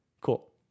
Cool